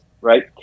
right